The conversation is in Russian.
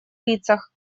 лицах